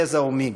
גזע ומין,